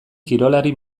kirolari